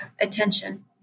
attention